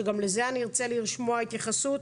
שגם לזה אני ארצה לשמוע התייחסות.